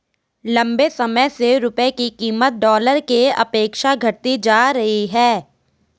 लंबे समय से रुपये की कीमत डॉलर के अपेक्षा घटती जा रही है